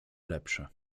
lepsze